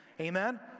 Amen